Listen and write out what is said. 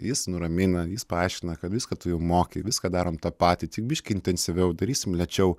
jis nuramina jis paaiškina kad viską tu jau moki viską darom tą patį tik biški intensyviau darysim lėčiau